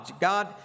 God